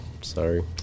sorry